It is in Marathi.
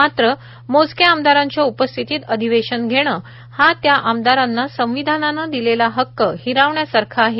मात्र मोजक्या आमदारांच्या उपस्थितीत अधिवेशन घेणं हा त्या आमदारांना संविधानाने दिलेला हक्क हिरावण्यासारखं आहे